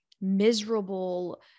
miserable